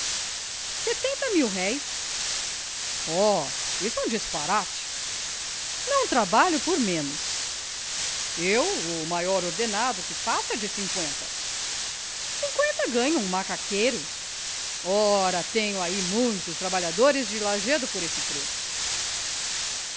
setenta mil-réis oh isso é um disparate não trabalho por menos eu o maior ordenado que faço é de cinqüenta cinqüenta ganha um macaqueiro ora tenho aí muitos trabalhadores de lajedo por esse preço